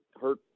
hurt